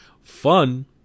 Fun